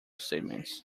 statements